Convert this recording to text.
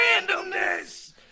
randomness